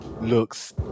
looks